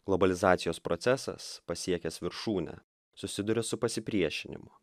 globalizacijos procesas pasiekęs viršūnę susiduria su pasipriešinimu